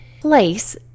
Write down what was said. place